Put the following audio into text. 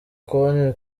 konti